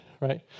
right